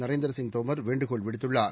நரேந்திரசிங் தோமர் வேண்டுகோள் விடுத்துள்ளார்